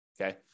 okay